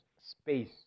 space